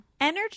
Energy